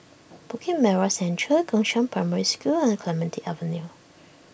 Bukit Merah Central Gongshang Primary School and Clementi Avenue